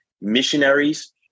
Missionaries